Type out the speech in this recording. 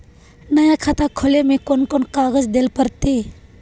नया खाता खोले में कौन कौन कागज देल पड़ते?